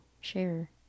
share